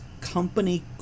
company